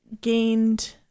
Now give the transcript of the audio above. gained